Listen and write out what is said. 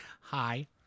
Hi